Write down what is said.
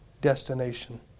Destination